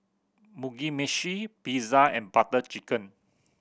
Mugi Meshi Pizza and Butter Chicken